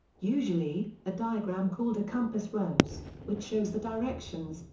usually, a diagram called a compass rose, which shows the directions,